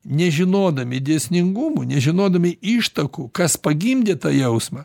nežinodami dėsningumų nežinodami ištakų kas pagimdė tą jausmą